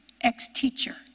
ex-teacher